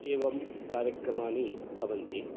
एवं कार्यक्रमानि भवन्ति